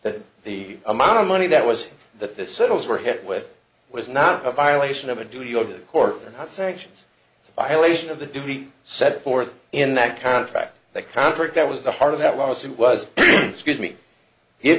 that the amount of money that was that this settles were hit with was not a violation of a duty of the court or not sanctions violation of the duty set forth in that contract that conflict that was the heart of that lawsuit was scuse me if